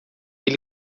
ele